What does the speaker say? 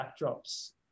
backdrops